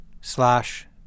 slash